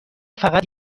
فقط